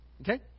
Okay